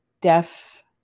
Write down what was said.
deaf